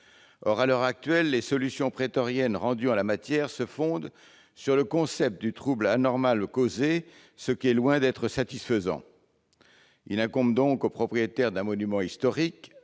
Or, à l'heure actuelle, les solutions prétoriennes rendues en la matière se fondent sur le concept du trouble anormal causé, ce qui est loin d'être satisfaisant. Il incombe donc au propriétaire d'un monument historique